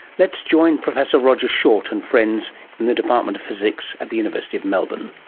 let's join professor roger short and friends in the department of physics at the university of melbourne.